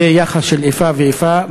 זה יחס של איפה ואיפה.